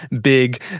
big